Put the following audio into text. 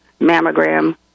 mammogram